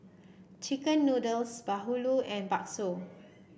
chicken noodles Bahulu and Bakso